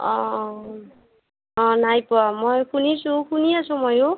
অঁ অঁ অঁ নাই পোৱা মই শুনিছোঁ শুনি আছোঁ ময়ো